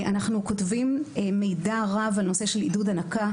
אנחנו כותבים מידע רב על נושא עידוד הנקה,